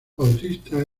bautista